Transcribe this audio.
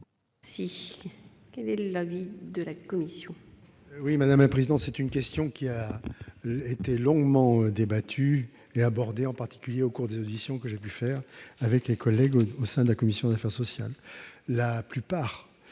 médecine. Quel est l'avis de la commission ?